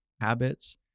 habits